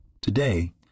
Today